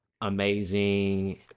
amazing